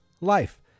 life